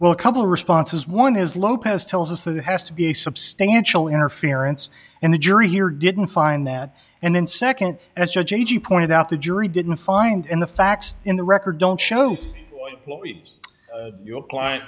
well a couple responses one is lopez tells us that has to be a substantial interference and the jury here didn't find that and then second as judge a g pointed out the jury didn't find in the facts in the record don't show your client